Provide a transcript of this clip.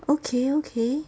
okay okay